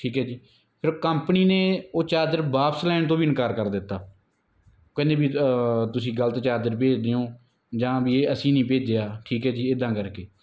ਠੀਕ ਹੈ ਜੀ ਫਿਰ ਉਹ ਕੰਪਨੀ ਨੇ ਉਹ ਚਾਰਜਰ ਵਾਪਸ ਲੈਣ ਤੋਂ ਵੀ ਇਨਕਾਰ ਕਰ ਦਿੱਤਾ ਕਹਿੰਦੇ ਵੀ ਤੁਸੀਂ ਗਲਤ ਚਾਰਜਰ ਭੇਜਦੇ ਹੋ ਜਾਂ ਵੀ ਇਹ ਅਸੀਂ ਨਹੀਂ ਭੇਜਿਆ ਠੀਕ ਹੈ ਜੀ ਇੱਦਾਂ ਕਰਕੇ